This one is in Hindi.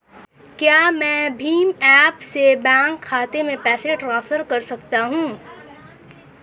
क्या मैं भीम ऐप से बैंक खाते में पैसे ट्रांसफर कर सकता हूँ?